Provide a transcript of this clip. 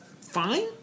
fine